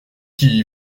qui